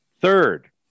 Third